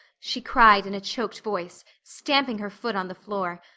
she cried in a choked voice, stamping her foot on the floor.